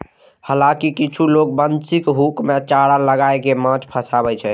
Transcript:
हालांकि किछु लोग बंशीक हुक मे चारा लगाय कें माछ फंसाबै छै